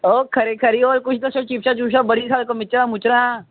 ओह् खरी खरी तुस दस्सो कोई चिप्सां बड़ी सारी कोई मिक्चरां